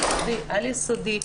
יסודי, על-יסודי.